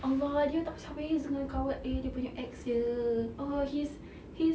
allah dia tak habis-habis dengan dia punya ex dia oh he's he's